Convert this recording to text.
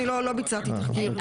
אני לא ביצעתי תחקיר.